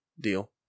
deal